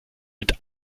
mit